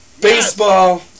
baseball